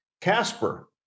Casper